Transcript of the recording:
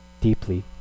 deeply